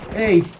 a